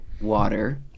water